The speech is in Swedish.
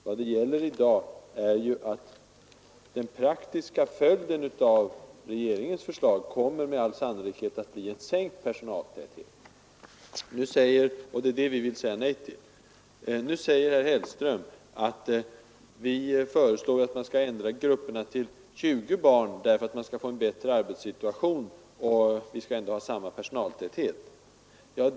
Vad det gäller i dag är ju, att den praktiska följden av regeringens förslag med all säkerhet kommer att bli en sänkt personaltäthet, och det vill vi säga nej till. Nu säger herr Hellström att förslaget att ändra grupperna till att omfatta 20 barn har lagts fram för att förbättra arbetssituationen och att meningen är att personaltätheten skall vara densamma då.